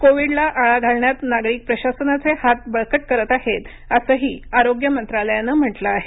कोविडला आळा घालण्यात नागरिक प्रशासनाचे हात बळकट करत आहेत असंही आरोग्य मंत्रालयानं म्हटलं आहे